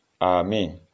Amen